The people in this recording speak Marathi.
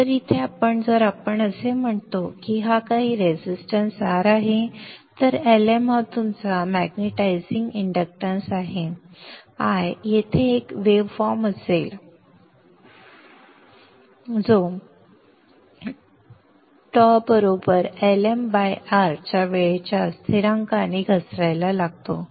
तर इथे जर आपण असे म्हणतो की हा काही रेजिस्टन्स R आहे तर Lm हा तुमचा मॅग्नेटायझिंग इंडक्टन्स आहे I येथे एक वेव्ह फॉर्म असेल जो τ बरोबर LmR च्या वेळेच्या स्थिरांकाने घसरायला लागतो